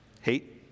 Hate